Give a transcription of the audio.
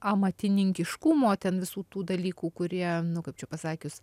amatininkiškumo ten visų tų dalykų kurie nu kaip čia pasakius